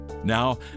Now